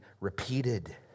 repeated